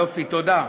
יופי, תודה.